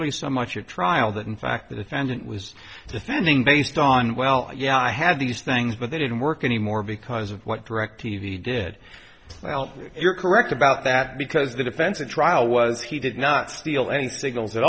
nearly so much a trial that in fact the defendant was defending based on well yeah i had these things but they didn't work any more because of what directv did well you're correct about that because the defense at trial was he did not feel any si